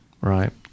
right